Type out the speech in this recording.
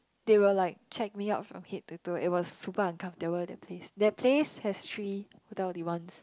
they will like check me out from head to toe it was super uncomfortable that place that place has three Hotel Eighty One